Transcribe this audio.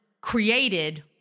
created